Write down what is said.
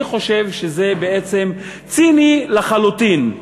אני חושב שזה ציני לחלוטין.